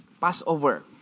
Passover